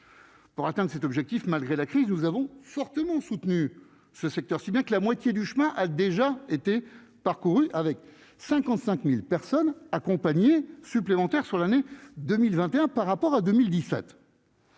Pour atteindre à cet objectif, malgré la crise, nous avons fortement soutenu ce secteur, si bien que la moitié du chemin a déjà été parcouru avec 55000 personnes accompagnées supplémentaires sur l'année 2021 par rapport à 2017.